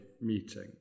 meeting